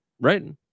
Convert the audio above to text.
Right